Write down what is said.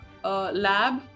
Lab